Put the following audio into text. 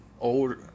old